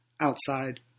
Outside